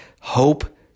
hope